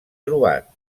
trobat